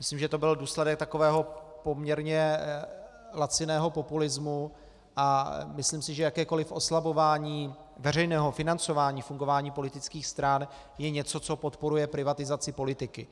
Myslím, že to byl důsledek takového poměrně laciného populismu, a myslím si, že jakékoliv oslabování veřejného financování fungování politických stran je něco, co podporuje privatizaci politiky.